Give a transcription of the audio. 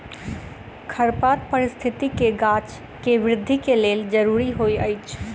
खरपात पारिस्थितिकी गाछ के वृद्धि के लेल ज़रूरी होइत अछि